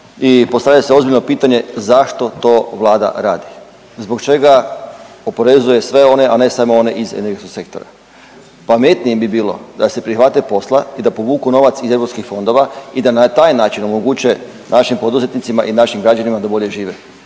I postavlja se ozbiljno pitanje zašto to Vlada radi? Zbog čega oporezuje sve one, a ne samo one iz energetskog sektora. Pametnije bi bilo da se prihvate posla i da povuku novac iz europskih fondova i da na taj način omoguće našim poduzetnicima i našim građanima da bolje žive